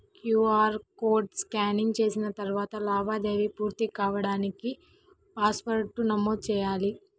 QR code scanning చేసిన తరువాత లావాదేవీ పూర్తి కాడానికి పాస్వర్డ్ను నమోదు చెయ్యాలి